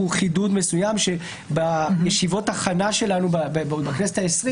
חידוד מסוים שדיברנו עליו בישיבות ההכנה שלנו בכנסת ה-20